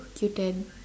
Q-ten